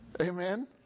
Amen